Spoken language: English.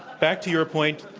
back to your point.